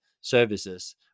services